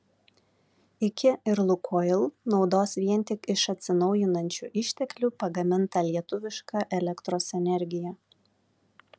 iki ir lukoil naudos vien tik iš atsinaujinančių išteklių pagamintą lietuvišką elektros energiją